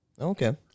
Okay